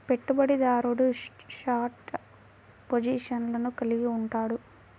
పెట్టుబడిదారుడు షార్ట్ పొజిషన్లను కలిగి ఉంటాడు